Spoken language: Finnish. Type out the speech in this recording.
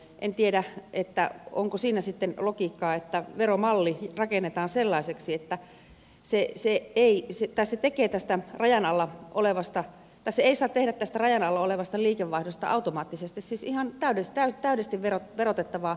en tiedä onko siinä sitten logiikkaa että veromalli rakennetaan sellaiseksi että se tekee tästä rajan alla olevasta liikevaihdosta automaattisesti siis ihan täydesti verotettavaa